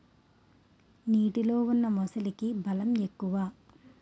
నీటిలో ఉన్న మొసలికి బలం ఎక్కువ